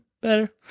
better